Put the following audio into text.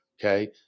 Okay